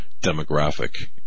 demographic